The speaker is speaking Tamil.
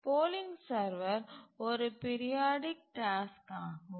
போலிங் சர்வர் ஒரு பீரியாடிக் டாஸ்க் ஆகும்